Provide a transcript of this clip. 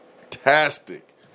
fantastic